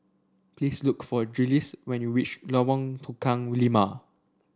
please look for Jiles when you reach Lorong Tukang Lima